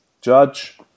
Judge